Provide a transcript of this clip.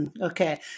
okay